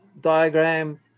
diagram